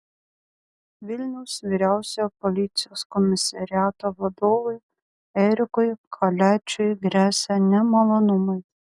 vilniaus vyriausiojo policijos komisariato vadovui erikui kaliačiui gresia nemalonumai